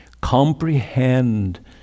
comprehend